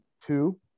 two